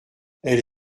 elle